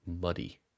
muddy